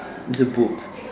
it's a book